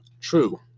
True